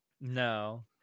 No